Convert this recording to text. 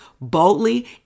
boldly